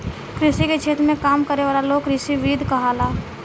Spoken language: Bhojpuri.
कृषि के क्षेत्र में काम करे वाला लोग कृषिविद कहाला